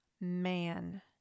man